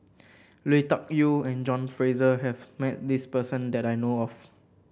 Lui Tuck Yew and John Fraser has met this person that I know of